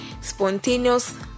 spontaneous